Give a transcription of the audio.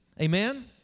Amen